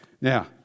Now